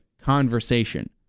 conversation